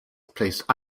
placed